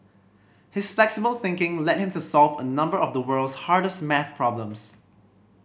his flexible thinking led him to solve a number of the world's hardest maths problems